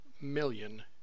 million